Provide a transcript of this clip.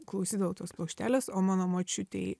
klausydavau tos plokštelės o mano močiutei